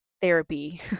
therapy